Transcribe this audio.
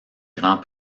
grand